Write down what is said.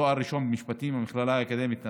תואר ראשון במשפטים במכללה האקדמית נתניה,